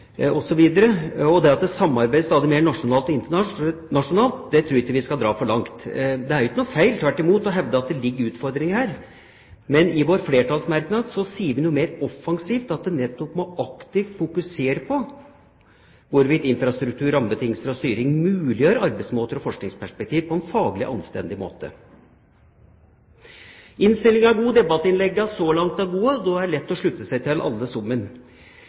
og det at det samarbeides stadig mer nasjonalt og internasjonalt, tror jeg ikke vi skal dra for langt. Det er ikke noe feil, tvert imot, å hevde at det ligger utfordringer her, men i vår flertallsmerknad sier vi mer offensivt at en nettopp må aktivt fokusere på hvorvidt infrastruktur, rammebetingelser og styring muliggjør arbeidsmåter og forskningsperspektiver på en faglig anstendig måte. Innstillinga er god. Debattinnleggene så langt er gode. Da er det lett å slutte seg til alle